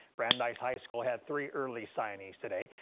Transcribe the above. brandeis high school had three early signings today,